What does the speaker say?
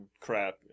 crap